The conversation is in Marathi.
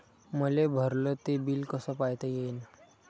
मले भरल ते बिल कस पायता येईन?